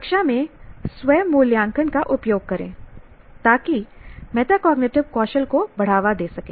कक्षा में स्व मूल्यांकन का उपयोग करें ताकि मेटाकॉग्निटिव कौशल को बढ़ावा दे सकें